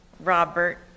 Robert